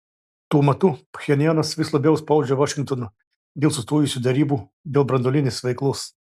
tuo metu pchenjanas vis labiau spaudžia vašingtoną dėl sustojusių derybų dėl branduolinės veiklos